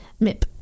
MIP